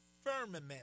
firmament